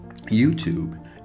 YouTube